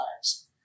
lives